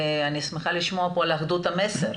אני שמחה לשמוע פה על אחדות המסר,